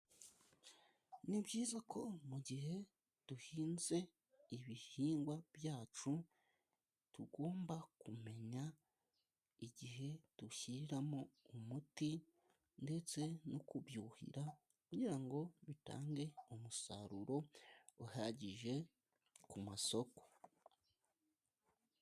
Ni byiza ko mu gihe duhinze ibihingwa byacu, tugomba kumenya igihe dushyiriramo umuti, ndetse no kubyuhira, kugira ngo bitange umusaruro uhagije ku masoko.